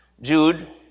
Jude